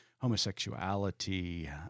homosexuality